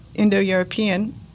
Indo-European